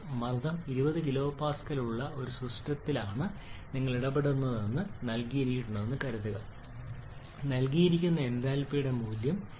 മർദ്ദം 20 kPa ഉള്ള ഒരു സിസ്റ്റത്തിലാണ് നിങ്ങൾ ഇടപെടുന്നതെന്ന് നൽകിയിട്ടുണ്ടെന്ന് കരുതുക നൽകിയിരിക്കുന്ന എന്തൽപിയുടെ മൂല്യം കരുതുക